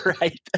Right